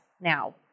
now